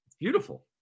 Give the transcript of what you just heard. Beautiful